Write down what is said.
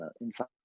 inside